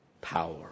power